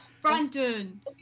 Brandon